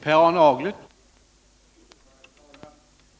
Herr talman!